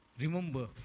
remember